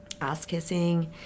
ass-kissing